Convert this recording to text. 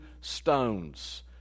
stones